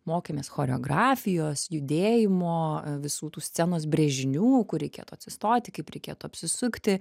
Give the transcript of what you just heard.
mokėmės choreografijos judėjimo visų tų scenos brėžinių kur reikėtų atsistoti kaip reikėtų apsisukti